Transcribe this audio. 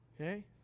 Okay